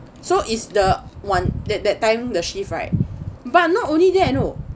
so is the one that that time the shift right but not only that you know